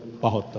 aho